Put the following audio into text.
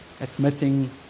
Admitting